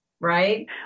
right